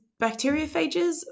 bacteriophages